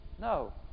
No